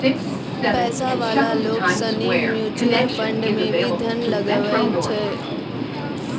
पैसा वाला लोग सनी म्यूचुअल फंड मे भी धन लगवै छै